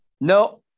No